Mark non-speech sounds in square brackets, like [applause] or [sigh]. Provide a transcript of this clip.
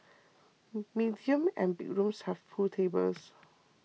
[hesitation] medium and big rooms have pool tables